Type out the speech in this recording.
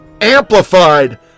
amplified